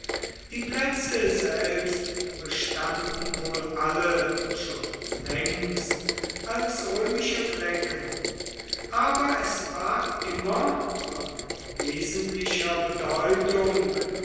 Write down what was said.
die plätze selbst bestanden wohl alle schon längst als römische flecken aber es war immer von wesentlicher bedeutung